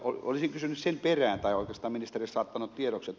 olisin kysynyt sen perään tai oikeastaan ministerille saattanut tiedoksi